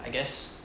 I guess